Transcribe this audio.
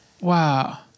Wow